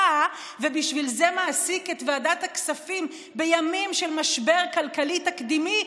ובשביל זה מעסיק את ועדת הכספים בימים של משבר כלכלי תקדימי,